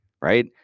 right